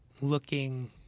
looking